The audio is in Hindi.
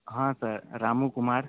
हाँ सर रामू कुमार